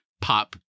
pop